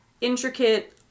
intricate